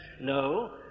No